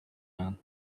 man